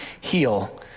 heal